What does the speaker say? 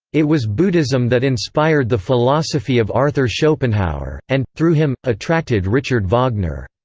it was buddhism that inspired the philosophy of arthur schopenhauer, and, through him, attracted richard wagner.